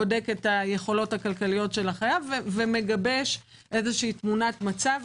בודק את היכולות הכלכליות של החייב ומגבש תמונת מצב